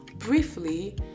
Briefly